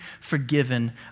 forgiven